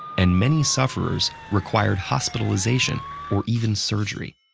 and many sufferers required hospitalization or even surgery.